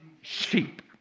sheep